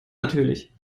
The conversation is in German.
natürlich